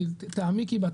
תעמיקי בה,